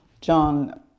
John